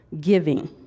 giving